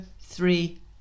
three